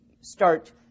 start